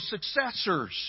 successors